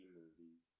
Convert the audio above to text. movies